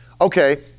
okay